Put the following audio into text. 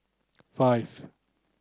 five